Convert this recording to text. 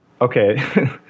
Okay